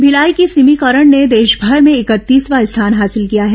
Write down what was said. भिलाई की सिमी करण ने देशभर में इकतीसवां स्थान हासिल किया है